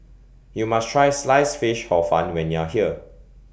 YOU must Try Sliced Fish Hor Fun when YOU Are here